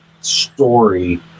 story